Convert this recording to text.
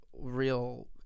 real